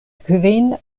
kvin